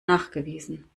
nachgewiesen